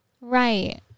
Right